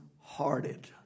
hearted